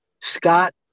Scott